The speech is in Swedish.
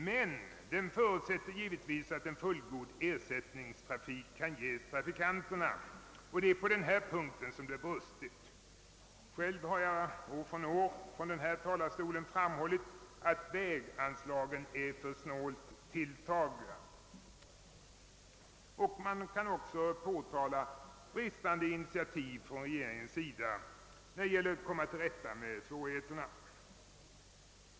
Men den förutsätter givetvis att en fullgod ersättningstrafik kan ges trafikanterna, och det är på denna punkt som det brustit. Själv har jag år efter år från denna talarstol framhållit att väganslagen är för snålt tilltagna. Man kan också påtala bristande initiativ av regeringen när det gäller att komma till rätta med svårigheterna.